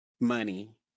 Money